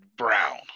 brown